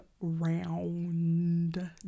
round